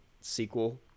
sequel